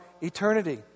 eternity